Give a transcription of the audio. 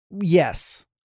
yes